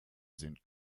sind